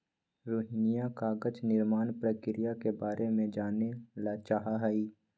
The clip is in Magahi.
रोहिणीया कागज निर्माण प्रक्रिया के बारे में जाने ला चाहा हई